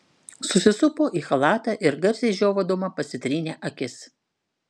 susisupo į chalatą ir garsiai žiovaudama pasitrynė akis